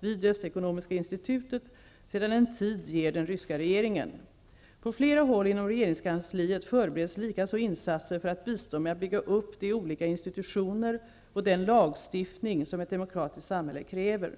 vid Östekonomiska institutet sedan en tid ger den ryska regeringen. På flera håll inom regeringskansliet förbereds likaså insatser för att bistå med att bygga upp de olika institutioner och den lagstiftning som ett demokratiskt samhälle kräver.